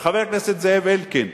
וחבר הכנסת זאב אלקין,